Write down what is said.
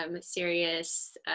serious